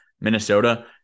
Minnesota